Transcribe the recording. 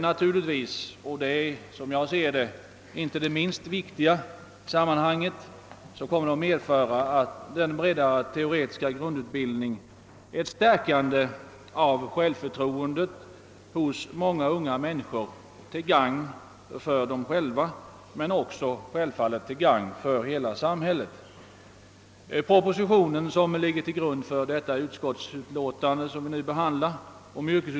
Naturligtvis, och det är som jag ser det inte det minst viktiga i sammanhanget, medför denna bredare teoretiska grundutbildning ett stärkande av självförtroendet hos många unga människor till gagn för dem själva men självfallet också till gagn för hela samhället.